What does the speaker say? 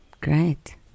great